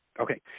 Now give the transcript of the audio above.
Okay